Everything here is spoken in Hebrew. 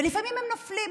ולפעמים הם נופלים,